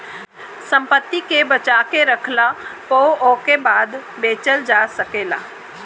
संपत्ति के बचा के रखला पअ ओके बाद में बेचल जा सकेला